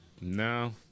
no